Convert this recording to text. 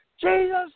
Jesus